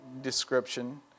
description